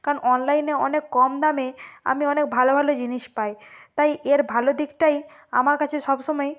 কারণ অনলাইনে অনেক কম দামে আমি অনেক ভালো ভালো জিনিস পাই তাই এর ভালো দিকটাই আমার কাছে সব সময়